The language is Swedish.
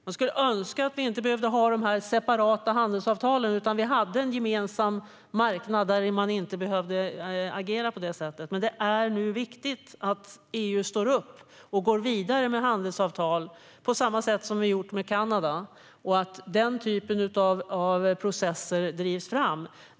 Man skulle önska att vi inte behövde ha separata handelsavtal utan att vi kunde ha en gemensam marknad där man inte behöver agera på det sättet. Nu är det dock viktigt att EU står upp och går vidare med handelsavtal på samma sätt som vi har gjort med Kanada och att den typen av processer drivs fram.